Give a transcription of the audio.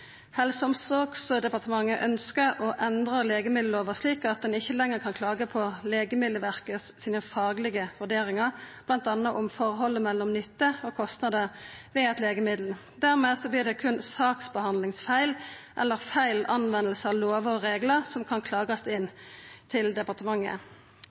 Helse- og omsorgsdepartementet ønskjer å endra legemiddellova slik at ein ikkje lenger kan klaga på dei faglege vurderingane til Legemiddelverket, bl.a. om forholdet mellom nytte og kostnader ved eit legemiddel. Dermed vert det berre saksbehandlingsfeil eller feil bruk av lover og reglar som kan klagast